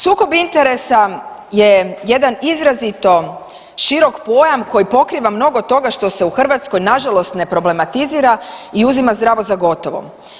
Sukob interesa je jedan izrazito širok pojam koji pokriva mnogo toga što se u Hrvatskoj nažalost ne problematizira i uzima zdravo za gotovo.